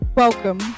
Welcome